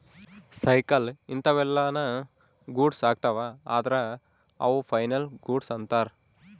cycle ಇಂತವೆಲ್ಲ ನು goods ಅಗ್ತವ ಅದ್ರ ಅವು ಫೈನಲ್ ಗೂಡ್ಸ್ ಅಂತರ್